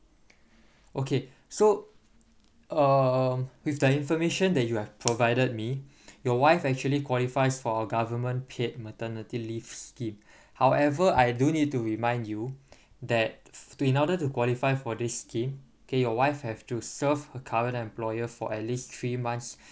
okay so uh with the information that you have provided me your wife actually qualifies for a government paid maternity leave scheme however I do need to remind you that in order to qualify for this scheme okay your wife have to serve her current employer for at least three months